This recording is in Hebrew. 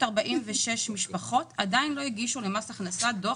ש-435,546 משפחות עדיין לא הגישו למס הכנסה דוח